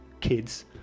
kids